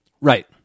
Right